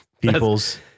people's